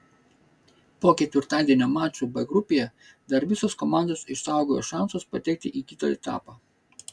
po ketvirtadienio mačų b grupėje dar visos komandos išsaugojo šansus patekti į kitą etapą